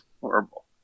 horrible